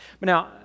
Now